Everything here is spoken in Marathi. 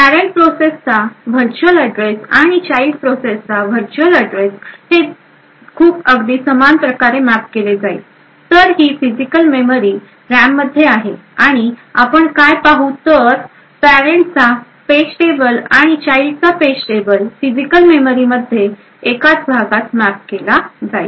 पॅरेंट प्रोसेसचा व्हर्च्युअल ऍड्रेस आणि चाइल्ड प्रोसेसचा व्हर्च्युअल ऍड्रेस हे खूप अगदी समान प्रकारे मॅप केले जाईल तर ही फिजिकल मेमरी रॅम मध्ये आहे आणि आपण काय पाहू तर पॅरेंटचा पेजटेबल आणि चाइल्डचा पेज टेबल फिजिकल मेमरी मध्ये एकाच भागात मॅप केला जाईल